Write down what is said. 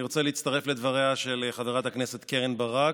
אני רוצה להצטרף לדבריה של חברת הכנסת קרן ברק,